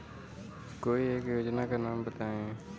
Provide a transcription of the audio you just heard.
कोई एक योजना का नाम बताएँ?